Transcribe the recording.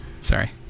Sorry